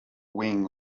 wing